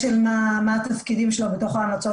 שאר חברי הוועדה הם עובדי המוסד, זה חלק מהעבודה